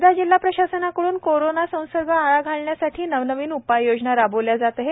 वर्धा जिल्हा प्रशासनाकडून कोरोना संसर्गाला आळा घालण्यासाठी नवनवीन उपाययोजना राबविल्या जात आहे